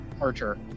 archer